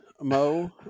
mo